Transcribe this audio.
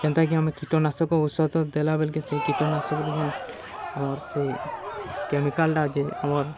ଯେନ୍ତାକି ଆମେ କୀଟନାଶକ ଔଷଧ ଦେଲା ବେଲ୍କେ ସେଇ କୀଟନାଶକରେ ଯେନ୍ ଆମର୍ ସେଇ କେମିକାଲ୍ଟା ଯେ ଆମର୍